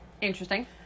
interesting